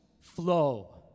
flow